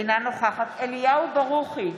אינה נוכחת אליהו ברוכי,